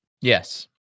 Yes